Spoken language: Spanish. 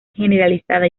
generalizada